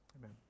Amen